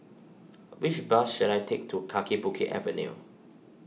which bus should I take to Kaki Bukit Avenue